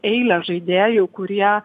eilę žaidėjų kurie